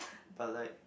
but like